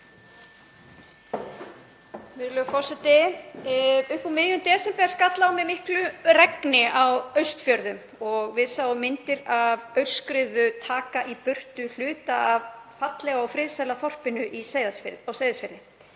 forseti. Upp úr miðjum desember skall á með miklu regni á Austfjörðum og við sáum myndir af aurskriðu taka í burtu hluta af fallega og friðsæla þorpinu á Seyðisfirði.